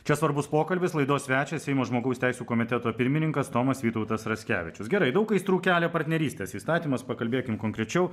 čia svarbus pokalbis laidos svečias seimo žmogaus teisių komiteto pirmininkas tomas vytautas raskevičius gerai daug aistrų kelia partnerystės įstatymas pakalbėkim konkrečiau